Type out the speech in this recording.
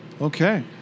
Okay